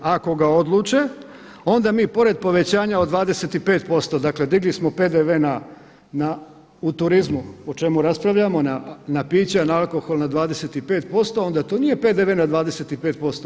Ako ga odluče onda mi porez povećanja od 25% dakle, digli smo PDV-e u turizmu o čemu raspravljamo na pića alkoholna na 25%, onda to nije PDV-e na 25%